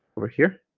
over here